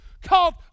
called